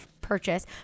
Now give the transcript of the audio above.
purchase